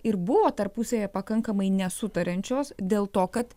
ir buvo tarpusavyje pakankamai nesutariančios dėl to kad